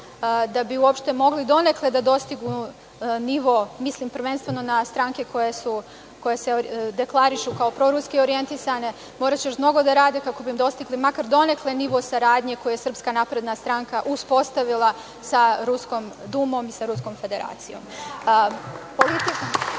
da bi uopšte mogli donekle da dostignu nivo, mislim prvenstveno na stranke koje se deklarišu kao pro-ruski orijentisane. Moraće još mnogo da rade kako bi dostigli makar donekle nivo saradnje koji je SNS uspostavila sa Ruskom Dumom, sa Ruskom Federacijom. Izbor